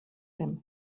him